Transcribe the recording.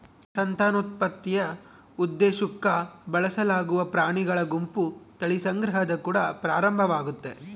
ಸಂತಾನೋತ್ಪತ್ತಿಯ ಉದ್ದೇಶುಕ್ಕ ಬಳಸಲಾಗುವ ಪ್ರಾಣಿಗಳ ಗುಂಪು ತಳಿ ಸಂಗ್ರಹದ ಕುಡ ಪ್ರಾರಂಭವಾಗ್ತತೆ